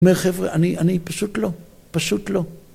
‫אני אומר, חבר'ה, אני פשוט לא. ‫פשוט לא.